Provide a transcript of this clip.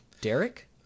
Derek